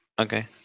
Okay